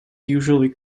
usually